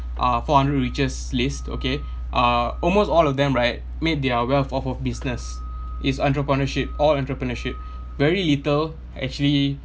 uh four hundred richest list okay uh almost all of them right made their wealth of of business it's entrepreneurship all entrepreneurship very little actually